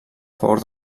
favor